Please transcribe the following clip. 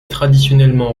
traditionnellement